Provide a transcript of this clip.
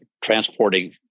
transporting